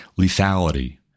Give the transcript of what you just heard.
lethality